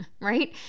right